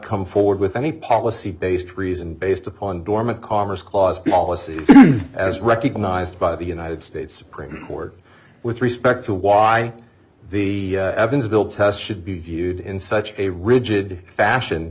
come forward with any policy based reason based upon dormant commerce clause policy as recognized by the united states supreme court with respect to why the evansville test should be viewed in such a rigid fashion